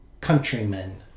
countrymen